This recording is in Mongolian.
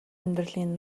амьдралын